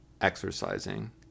exercising